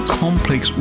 complex